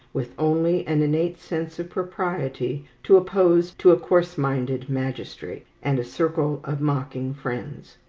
with only an innate sense of propriety to oppose to a coarse-minded magistrate, and a circle of mocking friends.